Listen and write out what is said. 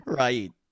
right